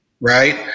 Right